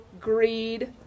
greed